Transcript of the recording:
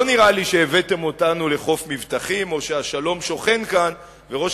לא נראה לי שהבאתם אותנו לחוף מבטחים או שהשלום שוכן כאן וראש